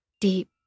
Deep